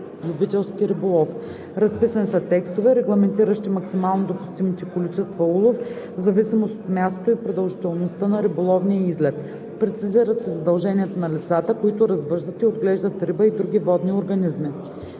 любителски риболов. Разписани са текстове, регламентиращи максимално допустимите количества улов, в зависимост от мястото и продължителността на риболовния излет. Прецизират се задълженията на лицата, които развъждат и отглеждат риба и други водни организми.